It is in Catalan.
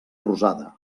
rosada